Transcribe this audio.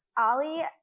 Ali